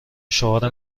شعار